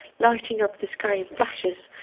lighting up the sky in flashes,